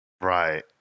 Right